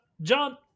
John